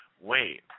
Wait